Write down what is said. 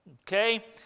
Okay